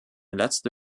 letzte